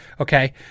Okay